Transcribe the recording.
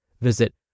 Visit